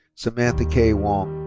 samantha kaye wong.